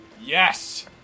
yes